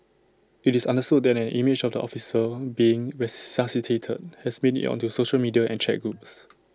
IT is understood that an image of the officer being resuscitated has made IT onto social media and chat groups